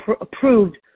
approved